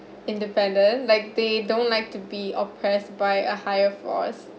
independent like they don't like to be oppressed by a higher force